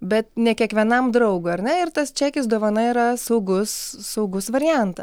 bet ne kiekvienam draugui ar ne ir tas čekis dovana yra saugus saugus variantą